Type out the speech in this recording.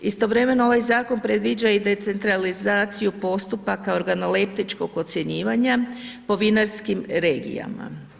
Istovremeno ovaj zakon predviđa i decentralizaciju postupaka organoleptičkog ocjenjivanja po vinarskim regijama.